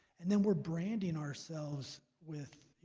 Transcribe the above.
and then we're branding ourselves with